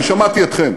אני שמעתי אתכם,